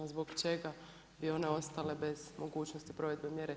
Zbog čega bi one ostale bez mogućnosti provedbe mjere 7?